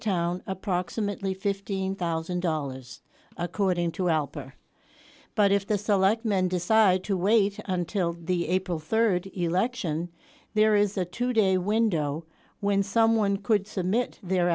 town approximately fifteen thousand dollars according to alper but if the selectmen decided to wait until the april third election there is a two day window when someone could submit their